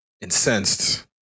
incensed